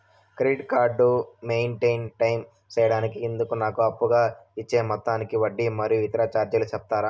Credit card maintain time సేయడానికి ఇందుకు నాకు అప్పుగా ఇచ్చే మొత్తానికి వడ్డీ మరియు ఇతర చార్జీలు సెప్తారా?